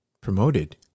promoted